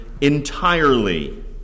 entirely